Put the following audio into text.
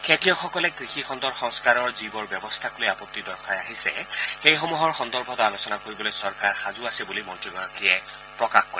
খেতিয়কসকলে কৃষি খণ্ডৰ সংস্থাৰৰ যিবোৰ ব্যৱস্থাক লৈ আপত্তি দৰ্শাই আহিছে সেইসমূহৰ সন্দৰ্ভত আলোচনা কৰিবলৈ চৰকাৰ সাজু আছে বুলি মন্ত্ৰীগৰাকীয়ে প্ৰকাশ কৰে